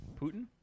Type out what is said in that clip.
Putin